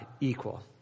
equal